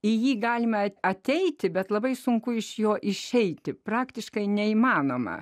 į jį galime ateiti bet labai sunku iš jo išeiti praktiškai neįmanoma